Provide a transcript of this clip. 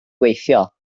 gweithio